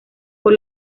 por